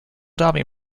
derby